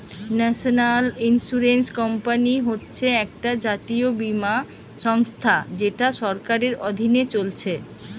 national insurance company হচ্ছে একটা জাতীয় বীমা সংস্থা যেটা সরকারের অধীনে চলছে